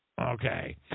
Okay